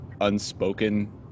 unspoken